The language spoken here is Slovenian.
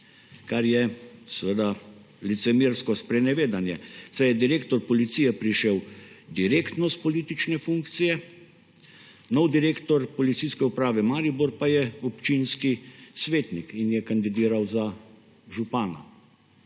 kar je seveda licemersko sprenevedanje, saj je direktor Policije prišel direktno s politične funkcije. Nov direktor Policijske uprave Maribor pa je občinski svetnik in je kandidiral za župana.